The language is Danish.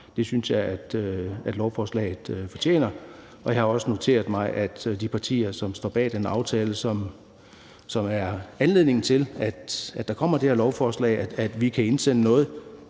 Det synes jeg at lovforslaget fortjener, og jeg har også noteret mig, at vi i de partier, som står bag den aftale, som er anledningen til, at der er kommet det her lovforslag, kan indsende noget